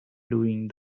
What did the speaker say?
doing